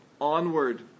onward